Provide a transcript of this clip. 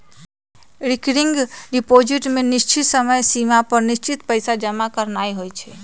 recurring deposit में निश्चित समय सिमा पर निश्चित पइसा जमा करानाइ होइ छइ